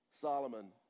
Solomon